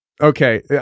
Okay